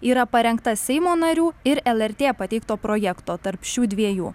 yra parengta seimo narių ir lrt pateikto projekto tarp šių dviejų